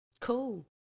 cool